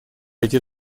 эти